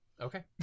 Okay